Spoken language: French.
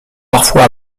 parfois